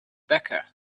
becca